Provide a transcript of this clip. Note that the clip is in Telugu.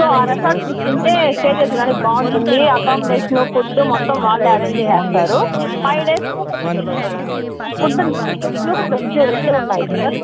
సో ఆ రెసార్ట్ తీసుకుంటే స్టే చేసేదానికి బాగుంటుంది అకాంబిడేషన్ ఫుడ్డు మొత్తం వాళ్ళే అరేంజ్ చేసేస్తారు five days food non veg veg రెండూ ఉన్నాయి సార్